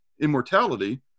immortality